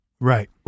Right